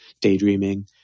Daydreaming